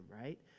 right